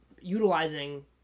utilizing